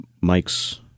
Mike's